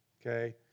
Okay